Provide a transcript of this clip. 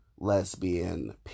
lesbian